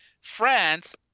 France